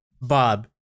Bob